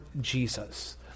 Jesus